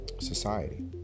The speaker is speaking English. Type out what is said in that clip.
society